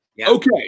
Okay